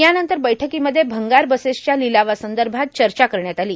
यानंतर बैठकांमध्ये भंगार बसेसच्या लिलावासंदभात चचा करण्यात आला